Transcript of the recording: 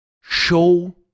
Show